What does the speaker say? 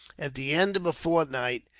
at the end of a fortnight,